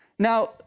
Now